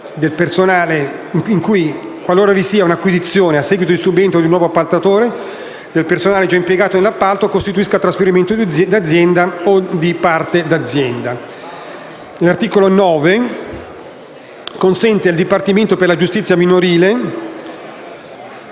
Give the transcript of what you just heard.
esclude in ogni caso che l'acquisizione, a seguito di subentro di un nuovo appaltatore, del personale già impiegato nell'appalto, costituisca trasferimento d'azienda o di parte d'azienda. L'articolo 9 consente al dipartimento per la giustizia minorile